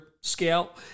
scale